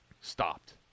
stopped